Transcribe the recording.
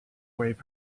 waves